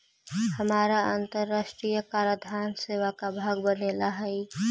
हमारा अन्तराष्ट्रिय कराधान सेवा का भाग बने ला हई